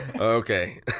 okay